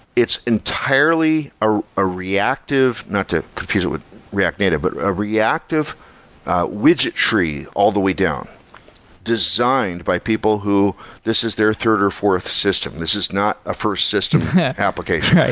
it's entirely a reactive, not to confuse with react native, but a reactive widget tree all the way down designed by people who this is their third or fourth system. this is not a first system application.